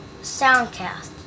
soundcast